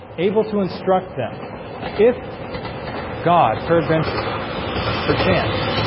able to instruct them if god peradventure perchance